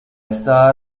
esta